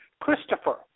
Christopher